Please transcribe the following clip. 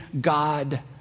God